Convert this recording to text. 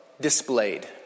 displayed